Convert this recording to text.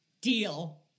Deal